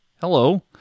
hello